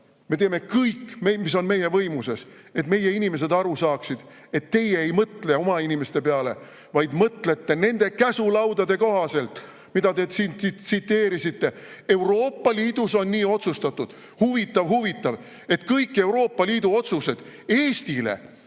Me teeme kõik, mis on meie võimuses, et meie inimesed aru saaksid, et teie ei mõtle oma inimeste peale, vaid mõtlete nende käsulaudade kohaselt, mida te siin tsiteerisite: Euroopa Liidus on nii otsustatud. Huvitav-huvitav, et kõik Euroopa Liidu otsused on Eestile